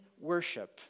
worship